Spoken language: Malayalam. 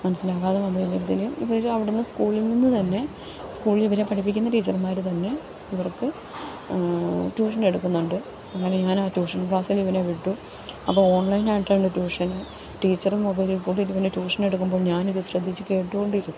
മനസ്സിലാകാതെ വന്ന് കഴിഞ്ഞപ്പത്തേനും ഇവർ അവിടുന്ന് സ്കൂളിൽനിന്ന് തന്നെ സ്കൂളിൽ ഇവരെ പഠിപ്പിക്കുന്ന ടീച്ചർമ്മാർ തന്നെ ഇവർക്ക് ട്യൂഷൻ എടുക്കുന്നുണ്ട് അങ്ങനെ ഞാനാ ട്യൂഷൻ ക്ലാസിലിവനെ വിട്ടു അപ്പം ഓൺലൈൻ ആയിട്ടുള്ള ട്യൂഷന് ടീച്ചറും മൊബൈലിൽ കൂടെ ഇവന് ട്യൂഷൻ എടുക്കുമ്പം ഞാനിത് ശ്രദ്ധിച്ച് കേട്ട് കൊണ്ടിരുന്നു